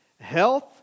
health